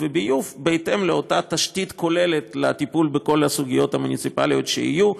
וביוב בהתאם לאותה תשתית כוללת לטיפול בכל הסוגיות המוניציפליות שיהיו.